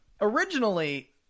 Originally